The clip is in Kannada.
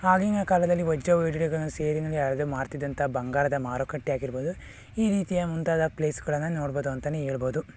ಹಾಗಿನ ಕಾಲದಲ್ಲಿ ವಜ್ರ ವೈಢೂರ್ಯಗಳನ್ನು ಸೇರಿ ಮಾಡ್ತಿದ್ದಂತಹ ಬಂಗಾರದ ಮಾರುಕಟ್ಟೆ ಆಗಿರ್ಬೋದು ಈ ರೀತಿಯ ಮುಂತಾದ ಪ್ಲೇಸ್ಗಳನ್ನು ನೋಡ್ಬೋದು ಅಂತಲೇ ಹೇಳ್ಬೋದು